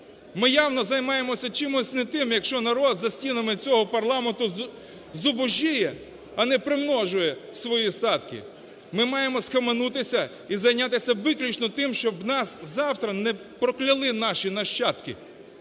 ми явно займаємося чимось не тим, якщо народ за стінами цього парламенту зубожіє, а не примножує свої статки. Ми маємо схаменутися і зайнятися виключно тим, щоб нас завтра не прокляли наші нащадки.